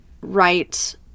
right